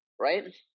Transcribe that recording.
right